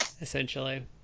essentially